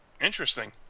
Interesting